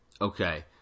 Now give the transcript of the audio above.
Okay